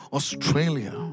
Australia